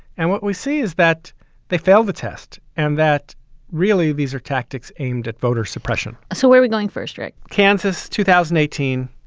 and what we see is that they fail the test and that really these are tactics aimed at voter suppression. so where we going? first rate kansas, two thousand and eighteen,